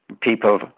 people